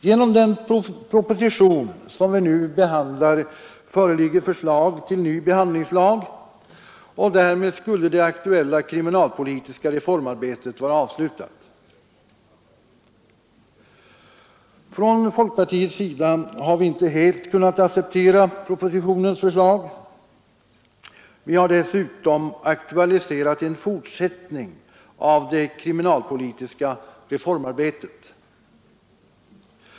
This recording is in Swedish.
Genom den proposition som vi nu behandlar föreligger förslag till ny behandlingslag, och därmed skulle det aktuella kriminalpolitiska reformarbetet vara avslutat. Från folkpartiets sida har vi inte helt kunnat acceptera propositionens förslag. Vi har dessutom aktualiserat en fortsättning av det kriminalpolitiska reformarbetet.